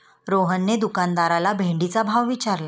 रोहनने दुकानदाराला भेंडीचा भाव विचारला